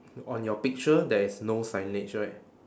on your picture there is no signage right